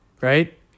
Right